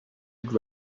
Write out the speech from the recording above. had